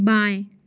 बाएँ